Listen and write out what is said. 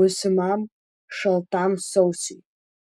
būsimam šaltam sausiui